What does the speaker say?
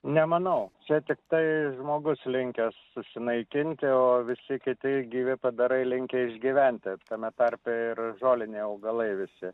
nemanau čia tiktai žmogus linkęs susinaikinti o visi kiti gyvi padarai linkę išgyventi tame tarpe ir žoliniai augalai visi